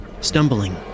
Stumbling